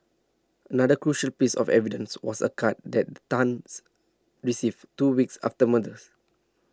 another crucial piece of evidence was a card that Tans received two weeks after murders